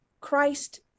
Christ